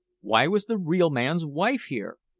why was the real man's wife here?